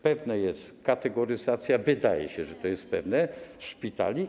Pewna jest kategoryzacja - wydaje się, że jest pewna - szpitali.